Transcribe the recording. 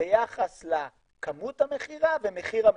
ביחס לכמות המכירה ומחיר המכירה.